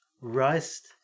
Rust